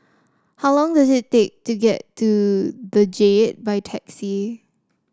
how long does it take to get to the Jade by taxi